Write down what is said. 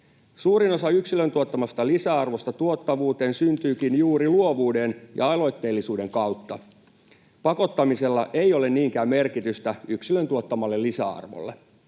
Suurin osa yksilön tuottamasta lisäarvosta tuottavuuteen syntyykin juuri luovuuden ja aloitteellisuuden kautta. Pakottamisella ei ole niinkään merkitystä yksilön tuottamalle lisäarvolle.